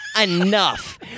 enough